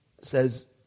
says